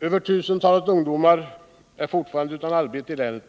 Över tusentalet ungdomar är fortfarande utan arbete i länet,